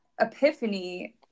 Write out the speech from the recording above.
epiphany